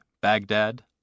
Baghdad